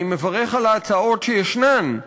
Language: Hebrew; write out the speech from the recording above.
אני מברך על ההצעות שישנן,